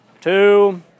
two